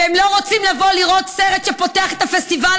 והם לא רוצים לבוא לראות סרט שפותח את הפסטיבל